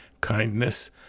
kindness